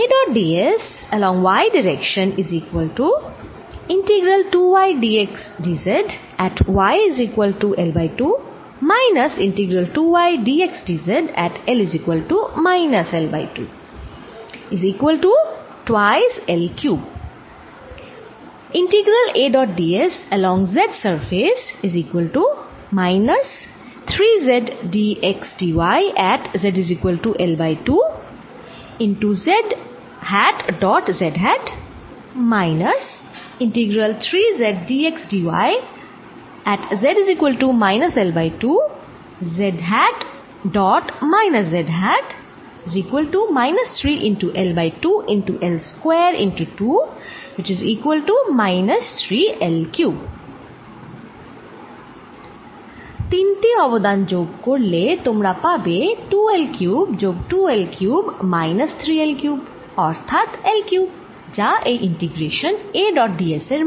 তিনটি অবদান যোগ করলে তোমরা পাবে 2 L কিউব যোগ 2 L cube minus 3 L cube অর্থাৎ L কিউব যা এই integration A dot d s এর মান